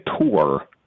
tour